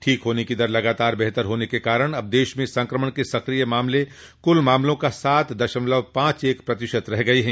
ठीक होने की दर लगातार बेहतर होने के कारण अब देश में संक्रमण के सक्रिय मामले कुल मामलों का सात दशमलव पांच एक प्रतिशत रह गये हैं